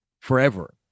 forever